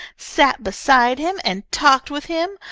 sat beside him and talked with him!